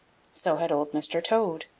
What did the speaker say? so had old mr. toad.